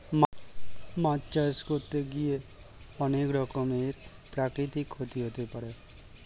মাছ চাষ করতে গিয়ে অনেক রকমের প্রাকৃতিক ক্ষতি হতে পারে